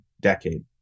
decade